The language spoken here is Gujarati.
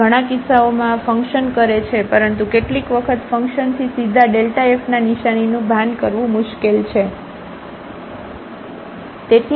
તેથી ઘણા કિસ્સાઓમાં આ ફંકશન કરે છે પરંતુ કેટલીક વખત ફંકશનથી સીધા fના નિશાનીનું ભાન કરવું મુશ્કેલ છે